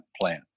plan